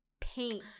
Paint